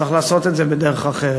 צריך לעשות את זה בדרך אחרת.